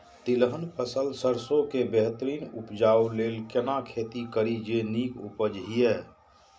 तिलहन फसल सरसों के बेहतरीन उपजाऊ लेल केना खेती करी जे नीक उपज हिय?